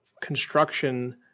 construction